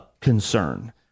concern